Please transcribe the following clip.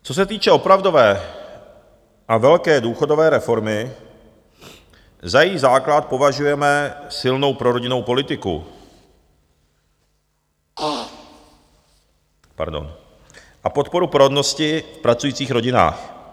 Co se týče opravdové a velké důchodové reformy, za její základ považujeme silnou prorodinnou politiku a podporu porodnosti v pracujících rodinách.